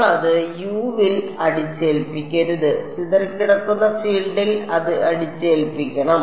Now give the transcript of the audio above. നമ്മൾ അത് U യിൽ അടിച്ചേൽപ്പിക്കരുത് ചിതറിക്കിടക്കുന്ന ഫീൽഡിൽ അത് അടിച്ചേൽപ്പിക്കണം